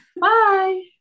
Bye